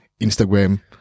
Instagram